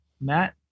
Matt